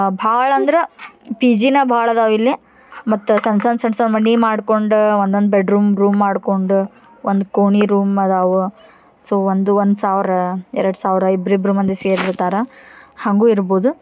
ಭಾಳ ದ್ರೆ ಪಿ ಜಿನ ಭಾಳ ಅದಾವ ಇಲ್ಲಿ ಮತ್ತು ಸಣ್ಣ ಸಣ್ಣ ಸಣ್ಣ ಸ್ ಮನಿ ಮಾಡ್ಕೊಂಡು ಒನ್ನೊಂದು ಬೆಡ್ರೂಮ್ ರೂಮ್ ಮಾಡ್ಕೊಂಡು ಒಂದು ಕೋಣೆ ರೂಮ್ ಅದಾವ ಸೋ ಒಂದು ಒಂದು ಸಾವಿರ ಎರಡು ಸಾವಿರ ಇಬ್ರು ಇಬ್ರು ಮಂದಿ ಸೇರಿರ್ತಾರ ಹಂಗು ಇರ್ಬೊದು